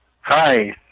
Hi